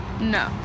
No